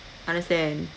understand